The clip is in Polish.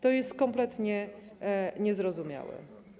To jest kompletnie niezrozumiałe.